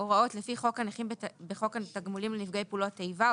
הוראות לפי חוק הנכים בחוק התגמולים לנפגעי פעולות איבה,